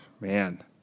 Man